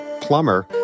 plumber